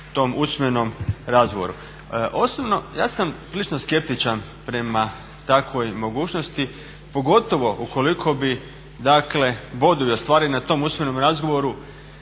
tom usmenom razgovoru. Osobno ja sam prilično skeptičan prema takvoj mogućnosti pogotovo ukoliko bi, dakle bodovi ostvareni na tom usmenom razgovoru